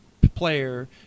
Player